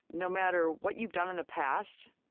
no matter what you've done in the past,